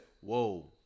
whoa